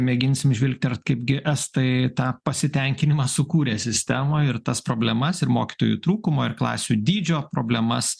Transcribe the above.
mėginsim žvilgtert kaipgi estai tą pasitenkinimą sukūrė sistemoj ir tas problemas ir mokytojų trūkumo ir klasių dydžio problemas